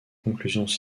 conclusions